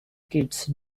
kids